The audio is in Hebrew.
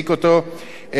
אלא אם כן הוכיח אחרת.